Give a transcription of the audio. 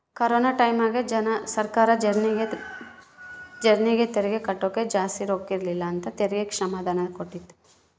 corona ಟೈಮ್ಯಾಗ ಸರ್ಕಾರ ಜರ್ನಿಗೆ ತೆರಿಗೆ ಕಟ್ಟಕ ಜಾಸ್ತಿ ರೊಕ್ಕಿರಕಿಲ್ಲ ಅಂತ ತೆರಿಗೆ ಕ್ಷಮಾದಾನನ ಕೊಟ್ಟಿತ್ತು